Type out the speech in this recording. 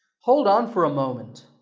hold on for a moment.